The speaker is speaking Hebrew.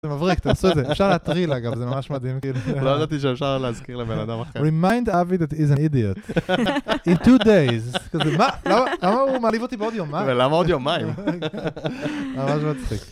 זה מבריק אתה עושה את זה, אפשר להטריל אגב, זה ממש מדהים, לא ידעתי שאפשר להזכיר לבן אדם אחר. Remind Avi is an Idiot, in two days. למה הוא מעליב אותי בעוד יום? למה עוד יומיים? ממש מצחיק.